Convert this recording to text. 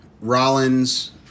Rollins